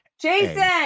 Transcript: Jason